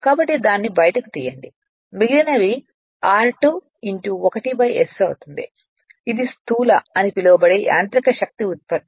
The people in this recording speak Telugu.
కాబట్టి దాన్ని బయటకు తీయండి మిగిలినవి r2 ' 1 s అవుతుంది ఇది స్థూల అని పిలువబడే యాంత్రిక శక్తి ఉత్పత్తి